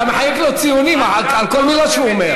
אתה מחלק לו ציונים על כל מילה שהוא אומר.